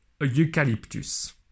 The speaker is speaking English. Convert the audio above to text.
eucalyptus